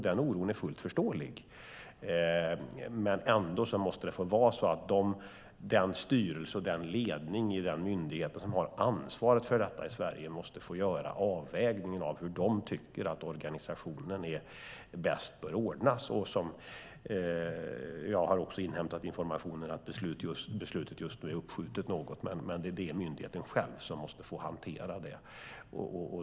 Den oron är fullt förståelig, men styrelsen och ledningen i den myndighet som har ansvaret för detta i Sverige måste ändå få göra avvägningen av hur organisationen bäst bör ordnas. Jag har inhämtat informationen att beslutet just nu är uppskjutet, men myndigheten måste själv få hantera detta.